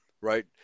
right